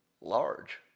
large